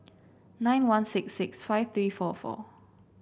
nine one six six five three four four